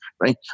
Right